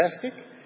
fantastic